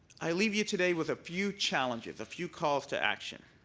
i leave you today with a few challenges. a few calls to action.